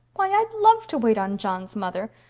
why, i'd love to wait on john's mother!